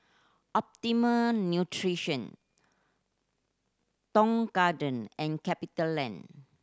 Optimum Nutrition Tong Garden and CapitaLand